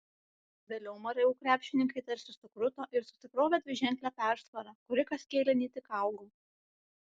vėliau mru krepšininkai tarsi sukruto ir susikrovė dviženklę persvarą kuri kas kėlinį tik augo